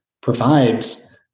provides